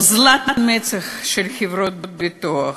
אוזלת יד של חברות ביטוח,